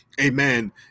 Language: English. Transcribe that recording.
Amen